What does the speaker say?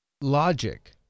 logic